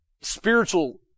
spiritual